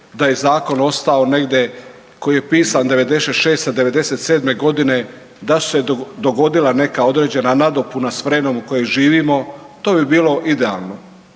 da je zakon ostao negdje koji je pisan '96., '97. godine da su se dogodila neka određena nadopuna s vremenom u kojem živimo to bi bilo idealno.